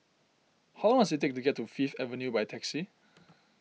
how long does it take to get to Fifth Avenue by taxi